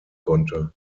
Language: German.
konnte